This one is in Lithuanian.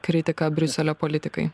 kritiką briuselio politikai